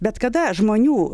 bet kada žmonių